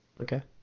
Okay